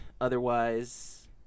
otherwise